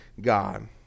God